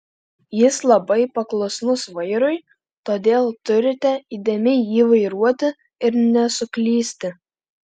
jis labai paklusnus vairui todėl turite įdėmiai jį vairuoti ir nesuklysti